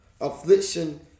Affliction